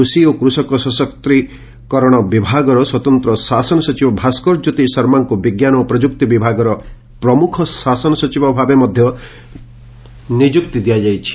କୃଷି ଓ କୃଷକ ସଶସ୍ୱକରଣ ବିଭାଗର ସ୍ୱତନ୍ତ ଶାସନ ସଚିବ ଭାସ୍କରଜ୍ୟୋତି ଶର୍ମାଙ୍କୁ ବିଙ୍କାନ ଓ ପ୍ରଯୁକ୍ତି ବିଭାଗର ପ୍ରମୁଖ ଶାସନ ସଚିବ ଭାବେ ନିଯୁକ୍ତି ଦିଆଯାଇଛି